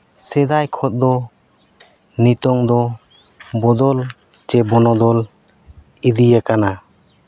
ᱥᱮᱫᱟᱭ ᱠᱷᱚᱱ ᱫᱚ ᱱᱤᱛᱚᱝ ᱫᱚ ᱵᱚᱫᱚᱞ ᱪᱮ ᱵᱚᱱᱚᱫᱚᱞ ᱤᱫᱤᱭᱟᱠᱟᱱᱟ